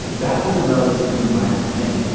that was a relatively minor thing.